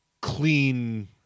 clean